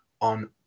on